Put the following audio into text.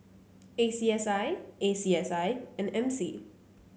A C S I A C S I and M C